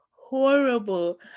horrible